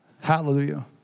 Hallelujah